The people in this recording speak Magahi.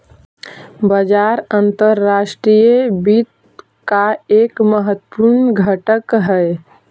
बाजार अंतर्राष्ट्रीय वित्त का एक महत्वपूर्ण घटक हई